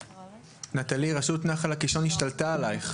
--- נטלי, רשות נחל הקישון השתלטה עלייך.